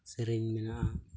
ᱥᱮᱨᱮᱧ ᱢᱮᱱᱟᱜᱼᱟ